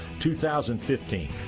2015